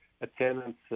attendance